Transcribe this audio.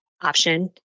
option